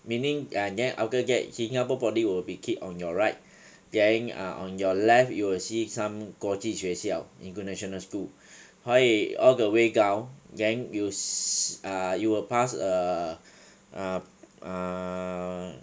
meaning ah then after that singapore poly will be keep will be keep on your right then err on your left you will see some 国际学校 international school 所以 all the way down then you s~ you will pass err err err